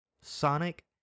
sonic